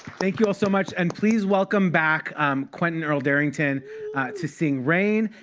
thank you all so much. and please welcome back quentin earl darrington to sing rain.